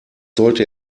sollte